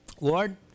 Lord